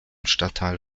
stadtteil